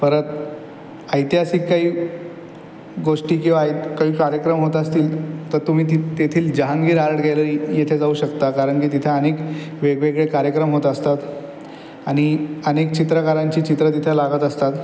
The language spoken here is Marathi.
परत ऐतिहासिक काही गोष्टी किंवा ऐत काही कार्यक्रम होत असतील तर तुम्ही तित तेथील जहांगीर आर्ट गॅलरी येथे जाऊ शकता कारण की तिथे अनेक वेगवेगळे कार्यक्रम होत असतात आणि अनेक चित्रकारांची चित्रं तिथे लागत असतात